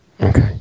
Okay